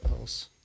else